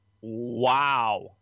Wow